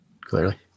clearly